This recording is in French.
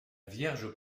vierge